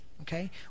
Okay